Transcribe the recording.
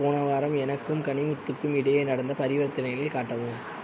போன வாரம் எனக்கும் கனிமுத்துக்கும் இடையே நடந்த பரிவர்த்தனைகளை காட்டவும்